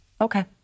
Okay